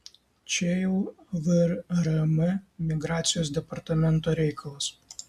čia jau vrm migracijos departamento reikalas